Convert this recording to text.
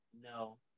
No